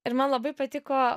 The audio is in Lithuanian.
ir man labai patiko